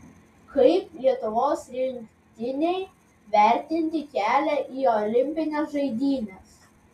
kaip lietuvos rinktinei vertinti kelią į olimpines žaidynes